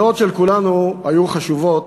הדעות של כולנו היו חשובות,